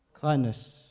Kindness